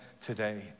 today